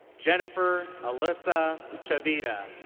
jennifer ah like ayssa chavira.